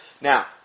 Now